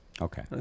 Okay